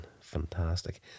fantastic